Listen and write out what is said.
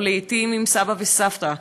או לעתים עם סבא וסבתא,